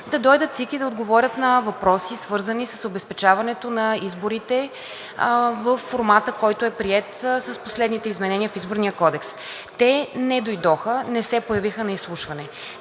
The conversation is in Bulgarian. да дойдат ЦИК и да отговорят на въпроси, свързани с обезпечаването на изборите във формата, който е приет с последните изменения в Изборния кодекс. Те не дойдоха, не се появиха на изслушване.